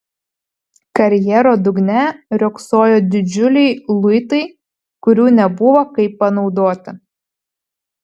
karjero dugne riogsojo didžiuliai luitai kurių nebuvo kaip panaudoti